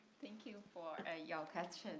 thank you for ah your question.